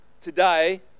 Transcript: today